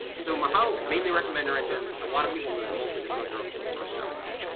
so mahout, mainly recommender engines, a lot of people will mostly disrupt their own cold source stuff though.